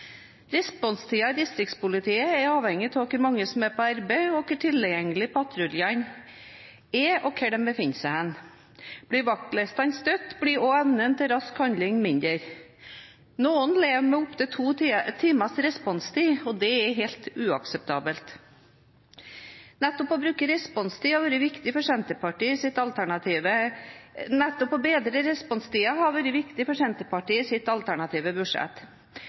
i distriktspolitiet er avhengig av hvor mange som er på arbeid, og av hvor tilgjengelige patruljer befinner seg. Blir vaktlistene korte, blir også evnen til rask handling mindre. Noen lever med opp til to timers responstid, og det er helt uakseptabelt. Nettopp å bedre responstiden har vært viktig for Senterpartiet i vårt alternative statsbudsjett. Vi øremerker 200 mill. kr til distriktspolitiet for å sørge for bedre vaktordninger og for